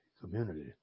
community